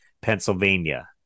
Pennsylvania